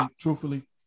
Truthfully